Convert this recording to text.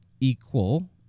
equal